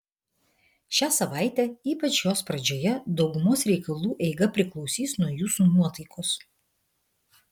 šią savaitę ypač jos pradžioje daugumos reikalų eiga priklausys nuo jūsų nuotaikos